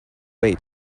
way